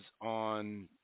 on